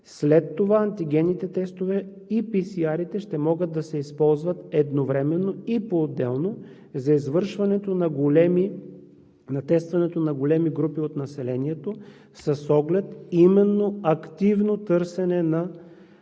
След това антигенните тестове и PCR-те ще могат да се използват едновременно и поотделно за извършването на тестване на големи групи от населението с оглед именно активно търсене на